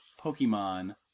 Pokemon